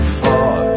far